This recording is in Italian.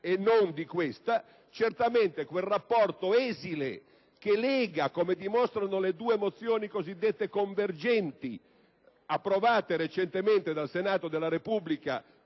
e non di questo, certamente quel rapporto esile che lega - come dimostrano le due mozioni cosiddette convergenti approvate recentemente dal Senato della Repubblica